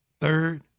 Third